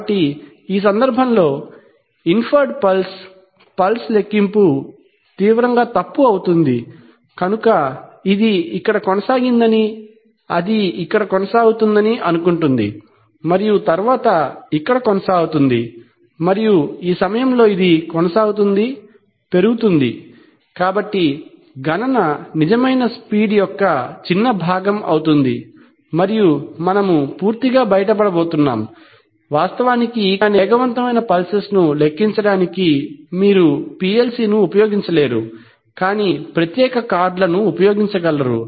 కాబట్టి ఈ సందర్భంలో ఇంఫర్డ్ పల్స్ పల్స్ లెక్కింపు తీవ్రంగా తప్పు అవుతుంది కనుక ఇది ఇక్కడ కొనసాగిందని అది ఇక్కడ కొనసాగుతోందని అనుకుంటుంది మరియు తరువాత ఇక్కడ కొనసాగుతోంది మరియు ఈ సమయంలో ఇది కొనసాగుతోంది పెరుగుతున్నది కాబట్టి గణన నిజమైన స్పీడ్ యొక్క చిన్న భాగం అవుతుంది మరియు మనము పూర్తిగా బయటపడబోతున్నాం వాస్తవానికి ఈ కారణంగానే వేగవంతమైన పల్స్ లను లెక్కించడానికి మీరు PLC ను ఉపయోగించలేరు కానీ ప్రత్యేక కార్డును ఉపయోగించగలరు